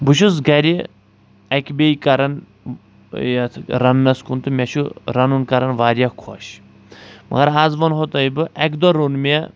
بہٕ چھُس گرِ اَکہِ بیٚیہِ کَران یتھ رننس کُن تہٕ مےٚ چھُ رَنُن کَران واریاہ خۅش مگر اَز ونہو تۅہہِ بہٕ اکہِ دۅہ روٚن مےٚ